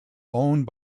owned